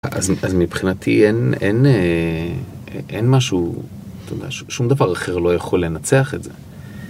אז מבחינתי אין משהו, שום דבר אחר לא יכול לנצח את זה.